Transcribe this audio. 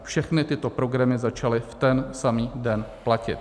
Všechny tyto programy začaly v ten samý den platit.